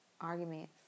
arguments